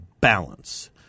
Balance